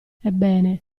ebbene